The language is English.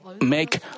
make